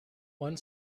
one